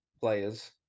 players